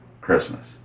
Christmas